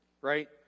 right